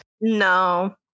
No